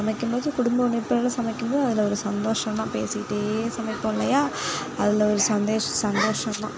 சமைக்கும் போது குடும்பத்தோட சமைக்கும் போது அதில் ஒரு சந்தோஷம்தான் பேசிக்கிட்டே சமைப்போம் இல்லையா அதில் ஒரு சந்தேஷ் சந்தோஷம்தான்